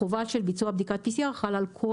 החובה של ביצוע בדיקת PCR ומילוי